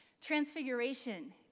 Transfiguration